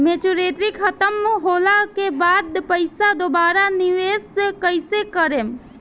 Maturity खतम होला के बाद पईसा दोबारा निवेश कइसे करेम?